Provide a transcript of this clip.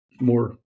more